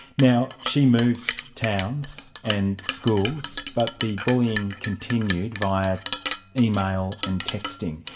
now she moved towns and schools, but the bullying continued via email and texting.